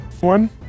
one